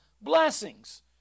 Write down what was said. Blessings